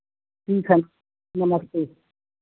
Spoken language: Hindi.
ठीक है नमस्ते